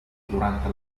durante